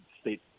state